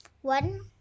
one